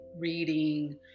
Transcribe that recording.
reading